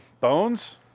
bones